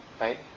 right